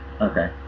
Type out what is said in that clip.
okay